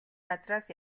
газраас